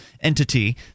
entity